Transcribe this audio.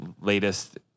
latest